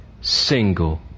single